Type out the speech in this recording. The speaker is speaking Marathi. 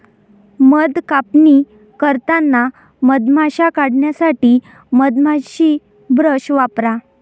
मध कापणी करताना मधमाश्या काढण्यासाठी मधमाशी ब्रश वापरा